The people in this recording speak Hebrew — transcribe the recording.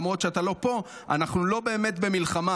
למרות שאתה לא פה: "אנחנו לא באמת בתוך מלחמה,